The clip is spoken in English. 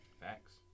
Facts